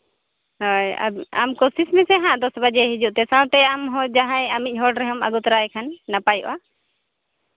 ᱦᱳᱭ ᱟᱢ ᱠᱳᱥᱤᱥ ᱢᱮᱥᱮ ᱦᱟᱸᱜ ᱫᱚᱥ ᱵᱟᱡᱮ ᱦᱤᱡᱩᱜ ᱛᱮ ᱥᱟᱶᱛᱮ ᱟᱢᱦᱚᱸ ᱡᱟᱦᱟᱸᱭ ᱟᱢᱤᱡ ᱦᱚᱲ ᱨᱮᱦᱚᱸᱢ ᱟᱹᱜᱩ ᱛᱟᱨᱟᱭᱮ ᱠᱷᱟᱱ ᱱᱟᱯᱟᱭᱚᱜᱼᱟ